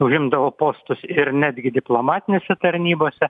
užimdavo postus ir netgi diplomatinėse tarnybose